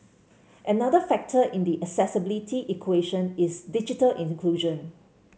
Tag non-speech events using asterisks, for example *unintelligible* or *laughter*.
another factor in the accessibility equation is digital in the *unintelligible*